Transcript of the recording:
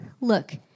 look